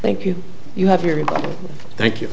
thank you you have your thank you